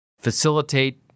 facilitate